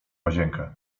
łazienkę